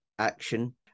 Action